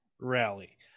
rally